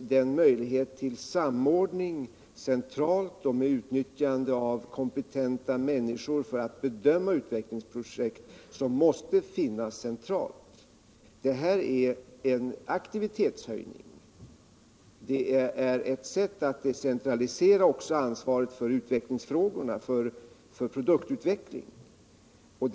den möjlighet — medelstora till samordning centralt som måste finnas, med utnyttjande av kom = företagens utveckpetenta människor för att bedöma utvecklingsprojekt. Detta är alltså fråga — ling, m.m. om en aktivitetshöjning och ett sätt att decentralisera ansvaret för produktutvecklingen.